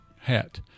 hat